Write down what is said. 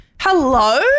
hello